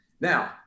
Now